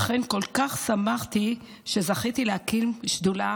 לכן כל כך שמחתי שזכיתי להקים שדולה